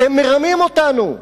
אתם מרמים אותנו.